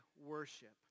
worship